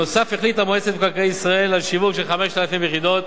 נוסף על כך החליטה מועצת מקרקעי ישראל על שיווק 5,000 יחידות